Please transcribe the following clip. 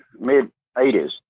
mid-80s